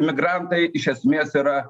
migrantai iš esmės yra